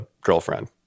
girlfriend